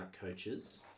coaches